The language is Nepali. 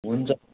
हुन्छ